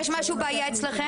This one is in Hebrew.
יש משהו או איזו בעיה אצלכם,